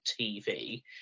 TV